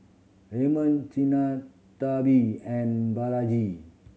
Raman Sinnathamby and Balaji